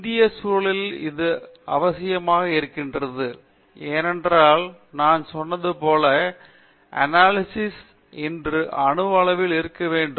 இந்தியச் சூழலில் இது அவசியமாக இருக்கிறது ஏனென்றால் நான் சொன்னது போல அனாலிசிஸ் இன்று அணு அளவில் இருக்க வேண்டும்